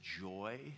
joy